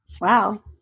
Wow